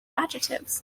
adjectives